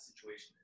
situation